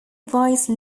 vice